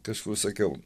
kažkur sakiau